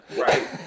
Right